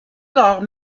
alors